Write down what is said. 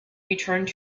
returned